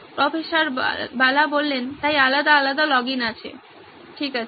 professor Bala তাই আলাদা আলাদা লগইন আছে ঠিক আছে